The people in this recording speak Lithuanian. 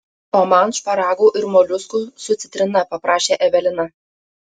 o man šparagų ir moliuskų su citrina paprašė evelina